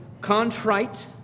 contrite